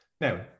Now